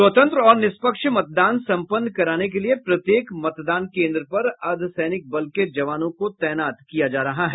स्वतंत्र और निष्पक्ष मतदान सम्पन्न कराने के लिए प्रत्येक मतदान केन्द्र पर अर्द्वसैनिक बल के जवानों को तैनात किया जा रहा है